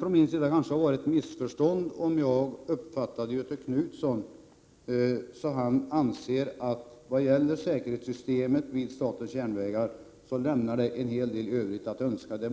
från min sida måste vara ett missförstånd att jag uppfattade Göthe Knutson så, att han anser att säkerhetssystemet vid SJ lämnar en hel del övrigt att önska.